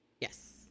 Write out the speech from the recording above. yes